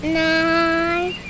nine